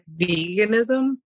veganism